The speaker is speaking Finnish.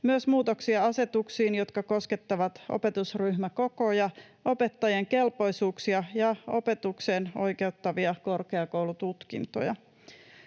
muutoksia myös asetuksiin, jotka koskettavat opetusryhmäkokoja, opettajien kelpoisuuksia ja opetukseen oikeuttavia korkeakoulututkintoja.